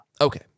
Okay